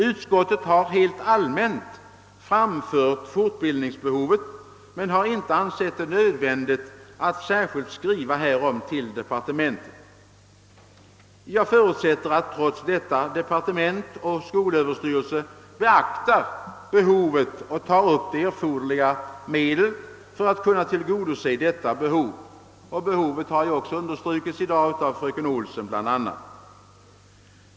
Utskottet har helt allmänt anfört fortbildningsbehovet men har inte ansett det nödvändigt att skriva särskilt härom till departementet. Jag förutsätter att trots detta departementet och skolöverstyrelsen beaktar behovet och tar upp erforderliga medel för att kunna tillgodose detta behov. Behovet har ju också i dag understrukits av bl.a. fröken Olsson.